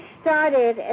started